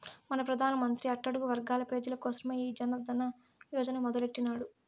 మన పెదానమంత్రి అట్టడుగు వర్గాల పేజీల కోసరమే ఈ జనదన యోజన మొదలెట్టిన్నాడు